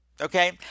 Okay